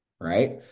right